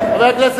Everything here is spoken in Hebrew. מפריע?